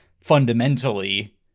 fundamentally